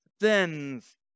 sins